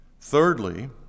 Thirdly